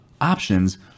options